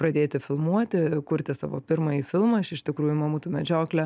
pradėti filmuoti kurti savo pirmąjį filmą aš iš tikrųjų mamutų medžioklę